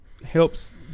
helps